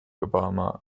obama